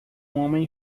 homem